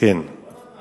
היא לא נתנה לנו.